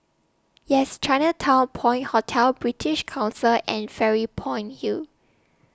Yes Chinatown Point Hotel British Council and Fairy Point Hill